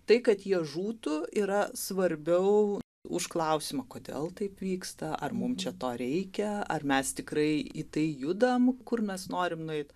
tai kad jie žūtų yra svarbiau už klausimą kodėl taip vyksta ar mum čia to reikia ar mes tikrai į tai judam kur mes norim nueit